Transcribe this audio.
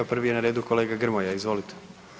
Prvi je na redu kolega Grmoja, izvolite.